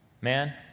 man